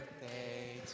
birthday